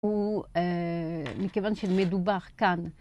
הוא מכיוון שמדובר כאן.